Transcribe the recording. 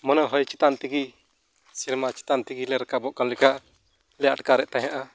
ᱢᱟᱱᱮ ᱦᱚᱭ ᱪᱮᱛᱟᱱ ᱛᱮᱜᱮ ᱥᱮᱨᱢᱟ ᱪᱮᱛᱟᱱ ᱛᱮᱜᱮᱞᱮ ᱨᱟᱠᱟᱵᱚᱜ ᱠᱟᱱ ᱞᱮᱠᱟ ᱞᱮ ᱟᱴᱠᱟᱨᱮᱫ ᱛᱮᱦᱮᱸᱫᱼᱟ